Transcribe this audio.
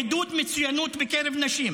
עדות למצוינות בקרב נשים.